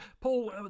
Paul